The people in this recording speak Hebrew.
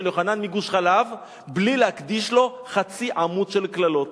יוחנן מגוש-חלב בלי להקדיש לו חצי עמוד של קללות.